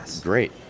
great